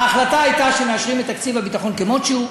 ההחלטה הייתה שמאשרים את תקציב הביטחון כמות שהוא,